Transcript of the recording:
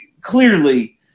clearly